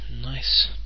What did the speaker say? Nice